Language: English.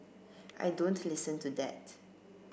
I don't listen to that